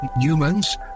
humans